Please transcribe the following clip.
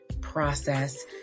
process